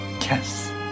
Yes